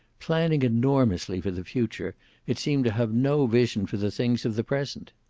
planning enormously for the future it seemed to have no vision for the things of the present.